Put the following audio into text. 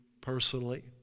personally